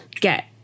get